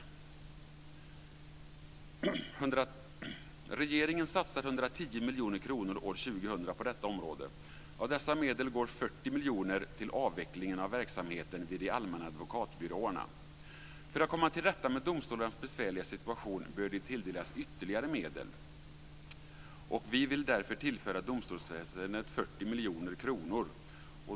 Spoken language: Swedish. Regeringen satsar 110 miljoner kronor år 2000 på detta område. Av dessa medel går 40 miljoner till avvecklingen av verksamheten vid de allmänna advokatbyråerna. För att komma till rätta med domstolarnas besvärliga situation bör de tilldelas ytterligare medel. Vi vill därför tillföra domstolsväsendet 40 miljoner kronor.